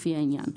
לפי העניין: